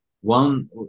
One